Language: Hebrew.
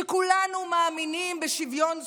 שכולנו מאמינים בשוויון זכויות.